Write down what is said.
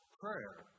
prayer